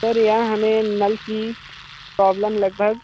sir यहाँ हमें नल की प्रॉब्लम लगभग